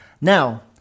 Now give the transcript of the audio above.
Now